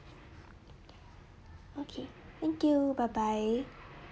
okay thank you bye bye